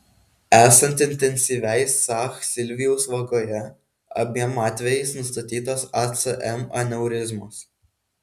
esant intensyviai sah silvijaus vagoje abiem atvejais nustatytos acm aneurizmos